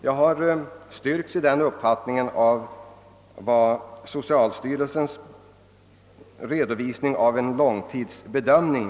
Jag har styrkts i den uppfattningen av socialstyrelsens redovisning och = långtidsbedömning.